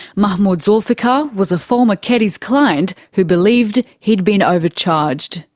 mahmoud zoulfikar was a former keddies client who believed he'd been overcharged.